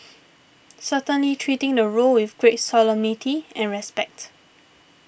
certainly treating the role with great solemnity and respect